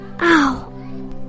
ow